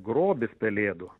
grobis pelėdų